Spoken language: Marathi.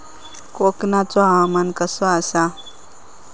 कोकनचो हवामान कसा आसा?